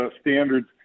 standards